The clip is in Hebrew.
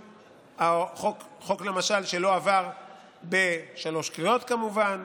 חוק שלמשל לא עבר בשלוש קריאות, כמובן,